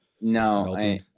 no